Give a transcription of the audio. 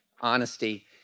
honesty